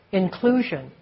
inclusion